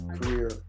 career